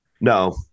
No